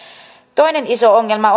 toinen iso ongelma